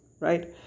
right